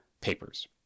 papers